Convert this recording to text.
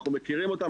אנחנו מכירים אותם,